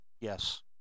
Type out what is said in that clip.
yes